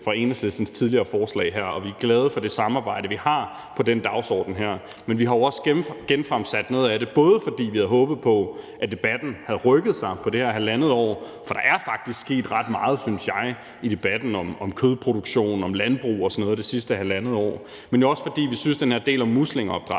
fra Enhedslistens tidligere forslag her, og vi er glade for det samarbejde, vi har på den dagsorden her. Men vi har jo også genfremsat noget af det, både fordi vi havde håbet på, at debatten havde rykket sig på det her halvandet år – for der er faktisk sket ret meget, synes jeg, i debatten om kødproduktion, om landbrug og sådan noget det sidste halvandet år – men også fordi vi synes, at den del om muslingeopdræt